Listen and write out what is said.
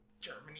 Germany